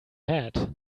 hat